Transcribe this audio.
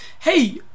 hey